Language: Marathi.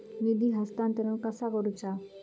निधी हस्तांतरण कसा करुचा?